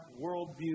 worldview